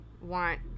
want